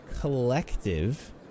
collective